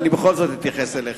אבל אני בכל זאת אתייחס אליך.